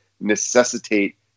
necessitate